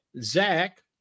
Zach